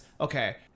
okay